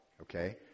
okay